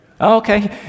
okay